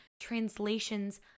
translations